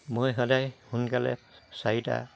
মই সদায় সোনকালে চাৰিটা